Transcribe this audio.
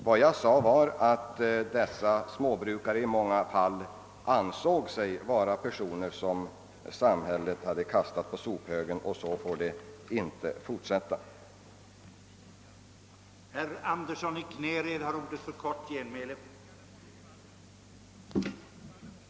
Vad jag sade var att dessa småbrukare i många fall ansåg att samhället hade kastat dem på sophögen, och jag tillade att det inte fick vara så.